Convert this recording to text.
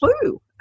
clue